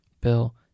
Bill